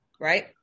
right